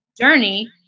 journey